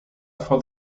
for